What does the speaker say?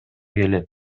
келет